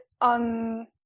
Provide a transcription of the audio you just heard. on